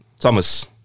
Thomas